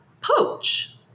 poach